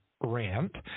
rant